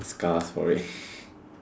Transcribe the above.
scars for it